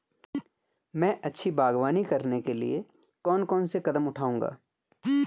मैं अच्छी बागवानी करने के लिए कौन कौन से कदम बढ़ाऊंगा?